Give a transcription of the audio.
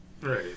Right